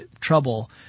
trouble